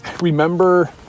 remember